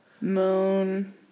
moon